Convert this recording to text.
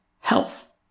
health